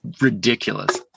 ridiculous